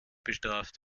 bestraft